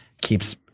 keeps